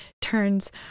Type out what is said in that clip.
turns